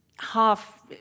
half